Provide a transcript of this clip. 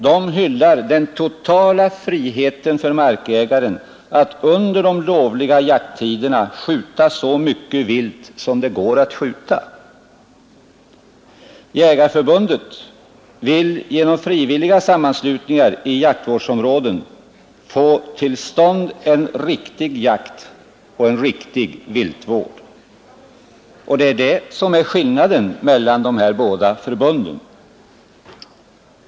Man hyllar den totala friheten för markägaren att under jakttiderna skjuta så mycket vilt som det går att skjuta. Svenska jägareförbundet vill genom frivilliga sammanslutningar i jaktvårdsområden få till stånd en riktig jakt och en riktig viltvård — det är det som är skillnaden mellan dessa båda förbund.